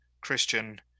Christian